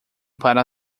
pára